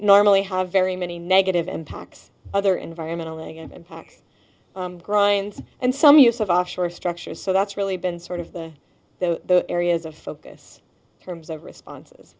normally have very many negative impacts other environmental and again impacts grinds and some use of offshore structures so that's really been sort of the the areas of focus terms of responses